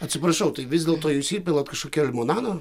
atsiprašau tai vis dėlto jūs įpilat kažkokio limonado